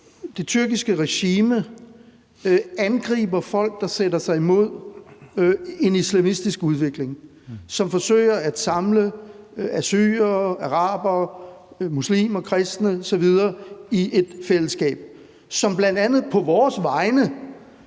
det tyrkiske regime angriber folk, som sætter sig imod en islamistisk udvikling, som forsøger at samle assyrere, arabere, muslimer, kristne osv. i et fællesskab, og som bl.a. på vores vegne